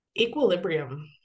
equilibrium